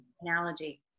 analogy